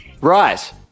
Right